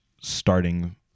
starting